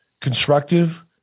constructive